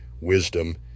wisdom